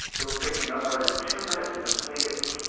it will take you no more than two minutes to complete it.